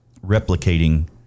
replicating